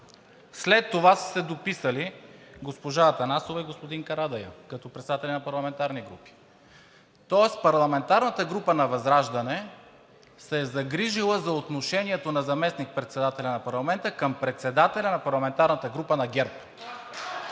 след това са се дописали госпожа Атанасова и господин Карадайъ като председатели на парламентарни групи. Тоест парламентарната група на ВЪЗРАЖДАНЕ се е загрижила за отношението на заместник-председателя на парламента към председателя на парламентарната група на ГЕРБ!